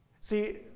See